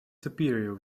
superior